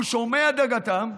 הוא שומע את דאגתם.